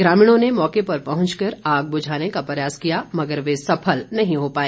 ग्रामीणों ने मौके पर पहुंचकर आग बुझाने का प्रयास किया मगर वे सफल नहीं हो पाए